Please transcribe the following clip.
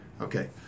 Okay